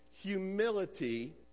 humility